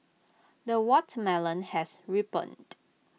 the watermelon has ripened